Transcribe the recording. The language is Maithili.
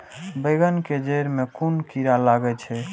बेंगन के जेड़ में कुन कीरा लागे छै?